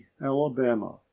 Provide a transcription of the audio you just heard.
alabama